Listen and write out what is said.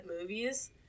movies